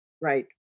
Right